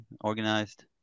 organized